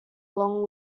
long